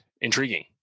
intriguing